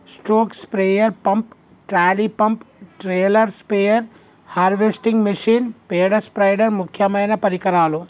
stroke sprayer pump, trolley pump, trailer sprayer, harvesting machine, పేడ spider ముక్యమైన పరికరాలు